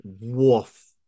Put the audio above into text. woof